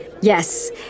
Yes